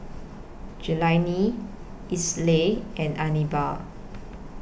Jelani Esley and Anibal